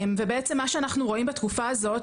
בעצם מה שאנחנו רואים בתקופה הזאת,